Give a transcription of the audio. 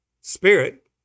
spirit